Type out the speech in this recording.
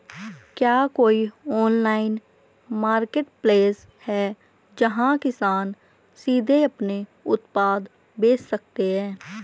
क्या कोई online marketplace है जहां किसान सीधे अपने उत्पाद बेच सकते हैं?